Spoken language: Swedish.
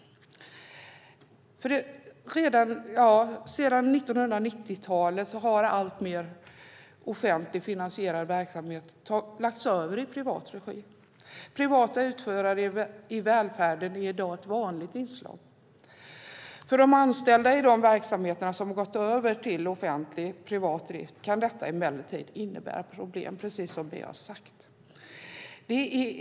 Sedan 1990-talet har allt fler offentligt finansierade verksamheter lagts över i privat regi. Privata utförare i välfärden är i dag ett vanligt inslag. För de anställda i de verksamheter som har gått över till offentligt finansierad privat drift kan detta emellertid innebära problem, precis som har framgått.